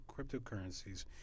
cryptocurrencies